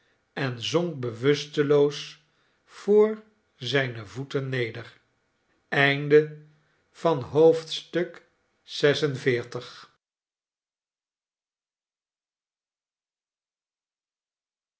en zonk bewusteloos voor zijne voeten neder